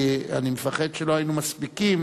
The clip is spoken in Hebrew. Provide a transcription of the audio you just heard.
התייקרויות במשק,